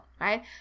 right